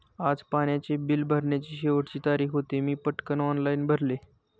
आज पाण्याचे बिल भरण्याची शेवटची तारीख होती, मी पटकन ऑनलाइन भरले